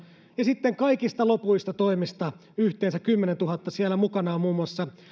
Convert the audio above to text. ja sitten kaikista lopuista toimista yhteensä kymmenentuhatta siellä on mukana muun muassa